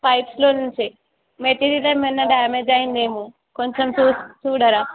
పైప్స్లో నుంచే మెటీరియల్ ఏమైనా డ్యామేజ్ అయిందేమో కొంచెం చూడరా